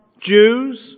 Jews